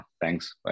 thanks